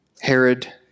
Herod